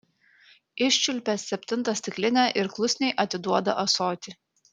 iščiulpia septintą stiklinę ir klusniai atiduoda ąsotį